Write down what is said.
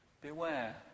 beware